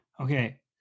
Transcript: Okay